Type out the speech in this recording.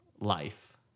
life